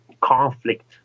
conflict